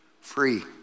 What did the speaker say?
free